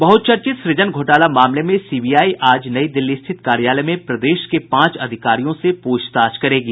बहुचर्तित सृजन घोटाला मामले में सीबीआई आज नई दिल्ली स्थित कार्यालय में प्रदेश के पांच अधिकारियों से पूछताछ करेगी